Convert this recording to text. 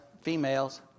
females